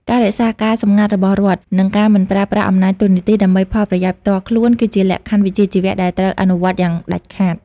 ការរក្សាការសម្ងាត់របស់រដ្ឋ និងការមិនប្រើប្រាស់អំណាចតួនាទីដើម្បីផលប្រយោជន៍ផ្ទាល់ខ្លួន គឺជាលក្ខខណ្ឌវិជ្ជាជីវៈដែលត្រូវអនុវត្តយ៉ាងដាច់ខាត។